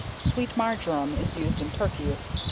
sweet marjoram, is used in turkeys.